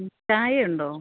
മ്മ് ചായ ഉണ്ടോ